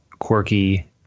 quirky